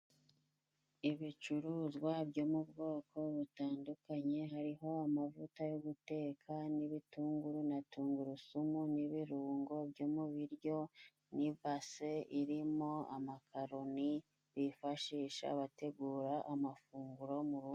Ibicuruzwa byo mu bwoko butandukanye, hariho amavuta yo guteka, n'ibitunguru, na tungurusumu n'ibirungo byo mu biryo, n'ibase irimo amakaroni bifashisha bategura amafunguro mu rugo.